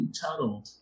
Tuttle